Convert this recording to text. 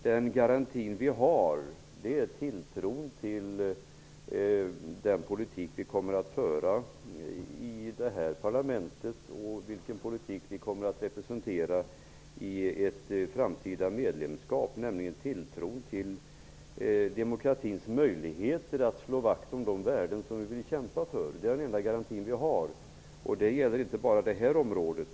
Den garanti vi har är tilltron till den politik vi kommer att föra i det här parlamentet och vilken politik som vi kommer att representera i ett framtida medlemskap. Det gäller tilltron till demokratins möjligheter att slå vakt om de värden vi vill kämpa för. Det är den garanti vi har. Det gäller inte bara detta område.